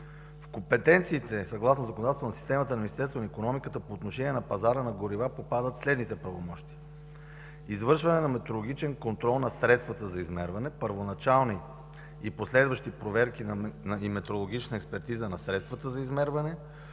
В компетенциите съгласно законодателството, на Министерството на икономиката по отношение на пазара на горива попадат следните правомощия: извършване на метрологичен контрол на средствата за измерване; първоначални и последващи проверки и метрологична експертиза на средствата за измерване;